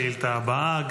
נעבור לשאילתה הבאה,